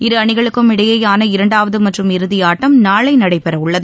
இரு அணிகளுக்கும் இடையேயான இரண்டாவது மற்றும் இறுதியாட்டம் நாளை நடைபெற உள்ளது